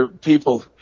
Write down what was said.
people